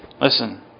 listen